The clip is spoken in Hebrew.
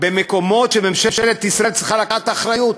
במקומות שממשלת ישראל צריכה לקחת אחריות.